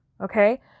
Okay